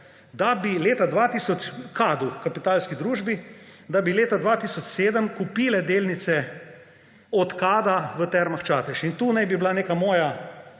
da bi leta 2007 kupila delnice od Kada v Termah Čatež. In to naj bi bila neka moja,